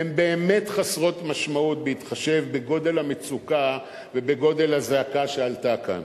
הן באמת חסרות משמעות בהתחשב בגודל המצוקה ובגודל הזעקה שעלתה כאן.